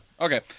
Okay